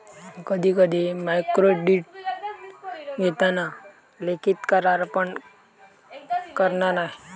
कधी कधी मायक्रोक्रेडीट घेताना लिखित करार पण करना नाय